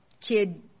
kid